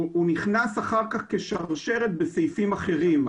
אחר כך כשרשרת בסעיפים אחרים.